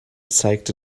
zeigte